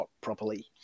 properly